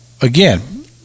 again